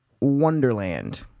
Wonderland